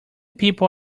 people